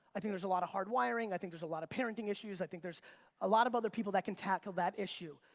i think there's a lot of hardwiring, i think there's a lot of parenting issues, i think there's a lot of other people that can tackle that issue.